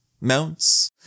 mounts